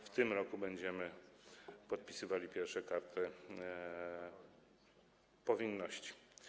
W tym roku będziemy podpisywali pierwsze karty powinności.